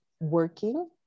working